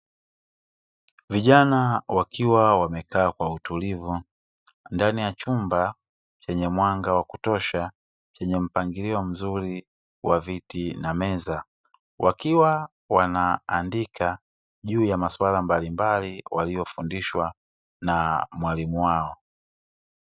Vijana wakiwa wamekaa kwa utulivu ndani ya chumba chenye mwanga wa kutosha chenye mpangilio mzuri wa viti na meza wakiwa wanaandika juu ya masuala mbalimbali waliyofundishwa na mwalimu wao.